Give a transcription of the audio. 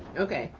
okay,